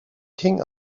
king